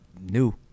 new